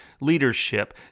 leadership